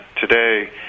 Today